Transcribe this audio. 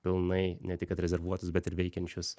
pilnai ne tik kad rezervuotus bet ir veikiančius